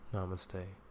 Namaste